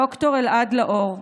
ד"ר אלעד לאור,